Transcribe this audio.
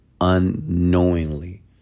unknowingly